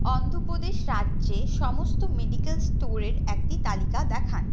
অন্ধ্র প্রদেশ রাজ্যে সমস্ত মেডিকেল স্টোরের একটি তালিকা দেখান